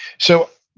so,